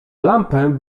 lampę